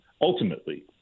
ultimately